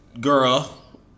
girl